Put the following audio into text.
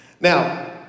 Now